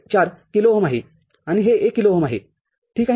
४ kilo ohm आहे आणि हे १ किलो ओहम आहे ठीक आहे